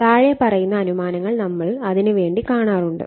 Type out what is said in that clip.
താഴെ പറയുന്ന അനുമാനങ്ങൾ നമ്മൾ അതിന് വേണ്ടി കാണാറുണ്ട്